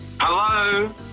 Hello